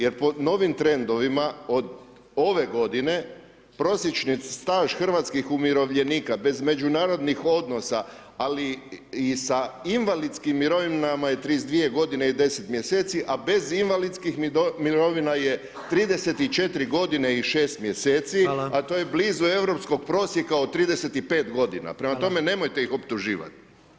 Jer po novim trendovima od ove godine prosječni staž hrvatskih umirovljenika, bez međunarodnih odnosa, ali i sa invalidskim mirovinama je 32 godine i 10 mjeseci, a bez invalidskih mirovina je 34 godine i 6 mjeseci, a to je blizu europskog prosjeka od 35 godina, prema tome nemojte ih optuživat.